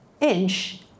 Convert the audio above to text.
inch